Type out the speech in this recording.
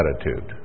attitude